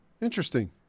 Interesting